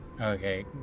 Okay